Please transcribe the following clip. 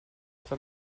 tra